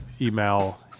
email